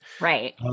Right